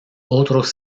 otros